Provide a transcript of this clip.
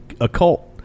occult